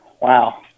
Wow